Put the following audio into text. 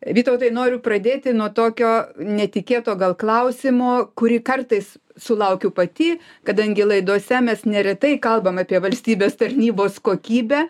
vytautai noriu pradėti nuo tokio netikėto gal klausimo kurį kartais sulaukiu pati kadangi laidose mes neretai kalbam apie valstybės tarnybos kokybę